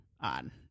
on